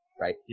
right